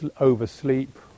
oversleep